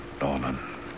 Norman